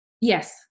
Yes